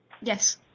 Yes